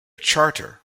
charter